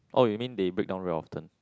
oh you mean they break down very often